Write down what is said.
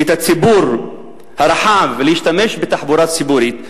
את הציבור הרחב להשתמש בתחבורה ציבורית,